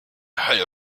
hölle